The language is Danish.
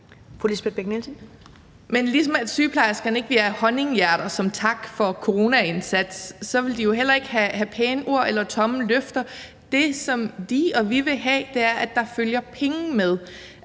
ligesom at sygeplejerskerne ikke giver honninghjerter som tak for coronaindsatsen, vil de jo heller ikke have pæne ord eller tomme løfter. Det, som de og vi vil have, er, at der følger penge med.